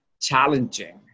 challenging